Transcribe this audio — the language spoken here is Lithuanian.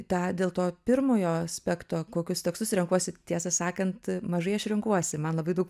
tą dėlto pirmojo aspekto kokius tekstus renkuosi tiesą sakant mažai aš renkuosi man labai daug